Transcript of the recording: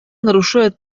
нарушает